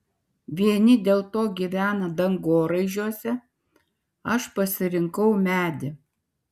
vieni dėl to gyvena dangoraižiuose aš pasirinkau medį